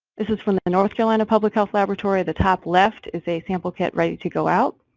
this is from the north carolina public health laboratory, the top left is a sample kit ready to go out,